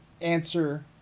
answer